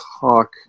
talk